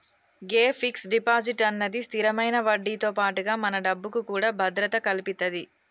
గే fix deposit అన్నది స్థిరమైన వడ్డీతో పాటుగా మన డబ్బుకు కూడా భద్రత కల్పితది